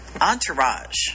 entourage